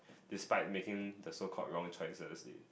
despite making the so called wrong choices it